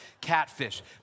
catfish